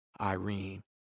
Irene